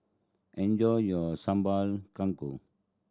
enjoy your Sambal Kangkong